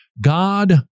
God